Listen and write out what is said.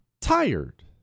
tired